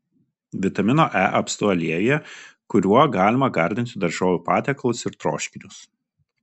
vitamino e apstu aliejuje kuriuo galima gardinti daržovių patiekalus ir troškinius